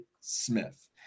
Smith